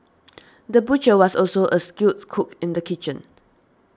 the butcher was also a skilled cook in the kitchen